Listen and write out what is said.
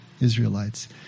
Israelites